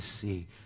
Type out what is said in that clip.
see